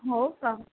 हो का